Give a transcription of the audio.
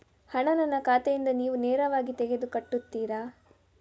ಹಣ ನನ್ನ ಖಾತೆಯಿಂದ ನೀವು ನೇರವಾಗಿ ತೆಗೆದು ಕಟ್ಟುತ್ತೀರ?